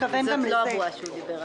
אני פותח את ישיבת ועדת הכספים.